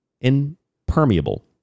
impermeable